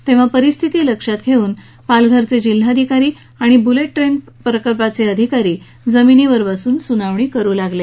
तेव्हा परिस्थिती लक्षात घेऊन पालघरचे जिल्हाधिकारी आणि बुलेट ट्रेन प्रकल्पाचे अधिकारी जमिनीवर बसून सुनावणी करू लागले